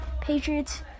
Patriots